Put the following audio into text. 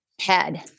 head